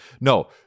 No